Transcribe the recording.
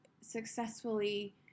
successfully